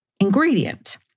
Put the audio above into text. ingredient